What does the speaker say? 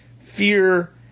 fear